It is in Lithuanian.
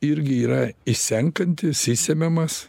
irgi yra išsenkantis išsemiamas